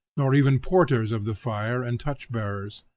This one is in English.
nor even porters of the fire and torch-bearers,